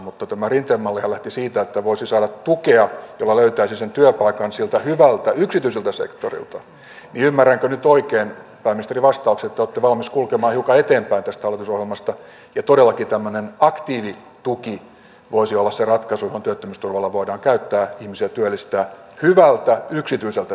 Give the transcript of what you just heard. mutta tämä rinteen mallihan lähti siitä että voisi saada tukea jolla löytäisi sen työpaikan sieltä hyvältä yksityiseltä sektorilta eli ymmärränkö nyt oikein pääministerin vastauksen että te olette valmis kulkemaan hiukan eteenpäin tästä hallitusohjelmasta ja todellakin tämmöinen aktiivituki voisi olla se ratkaisu johon työttömyysturvaa voidaan käyttää ihmisiä työllistää hyvällä yksityisellä sektorilla